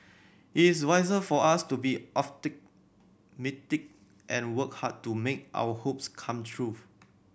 it is wiser for us to be and work hard to make our hopes come true